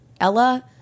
Ella